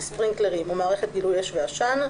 (ספרינקלרים) או מערכת גילוי אש ועשן,